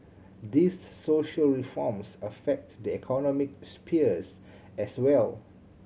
these social reforms affect the economic spheres as well